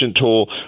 tool